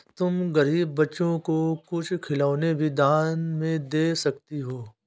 तुम गरीब बच्चों को कुछ खिलौने भी दान में दे सकती हो